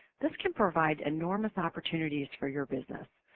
this can provide enormous opportunities for your business,